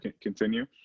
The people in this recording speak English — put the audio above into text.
continue